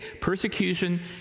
Persecution